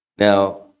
Now